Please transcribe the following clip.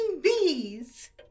bees